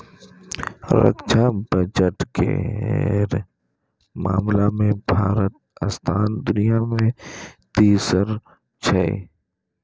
रक्षा बजट केर मामला मे भारतक स्थान दुनिया मे तेसर छै